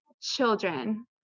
children